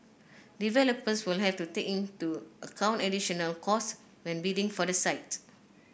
developers will have to take into account additional costs when bidding for the site